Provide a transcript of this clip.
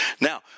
Now